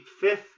fifth